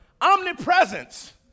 omnipresence